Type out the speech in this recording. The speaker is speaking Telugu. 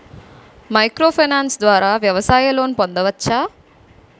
మైక్రో ఫైనాన్స్ ద్వారా వ్యవసాయ లోన్ పొందవచ్చా?